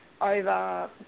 over